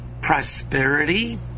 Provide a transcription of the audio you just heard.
prosperity